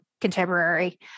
contemporary